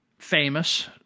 famous